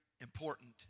important